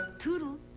toodles.